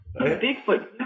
Bigfoot